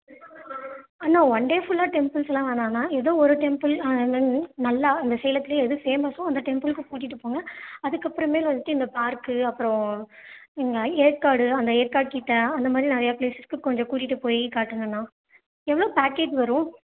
அண்ணா one day ஃபுள்ளாக temples எல்லாம் வேணாம் அண்ணா ஏதோ ஒரு டெம்பிள் ஆ நல்லா இந்த சேலத்துலையே எது ஃபேமஸ்ஸோ அந்த டெம்பிள்க்கு கூட்டிகிட்டு போங்க அதுக்கப்புறமேல் வந்துவிட்டு இந்த பார்க்கு அப்புறம் இங்கே ஏற்காடு அந்த ஏற்காடு கிட்ட அந்த மாதிரி நிறையா ப்ளேஸ் இருக்கு கொஞ்சம் கூட்டிகிட்டு போய் காட்டுங்க அண்ணா எவ்வளோ பேக்கேஜ் வரும்